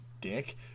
Dick